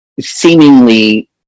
seemingly